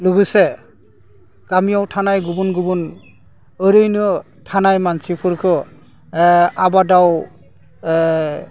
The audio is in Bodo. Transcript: लोगोसे गामियाव थानाय गुबुन गुबुन ओरैनो थानाय मानसिफोरखौ आबादाव